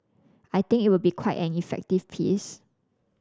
I think it will be quite an effective piece